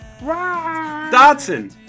Dodson